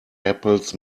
apples